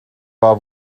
war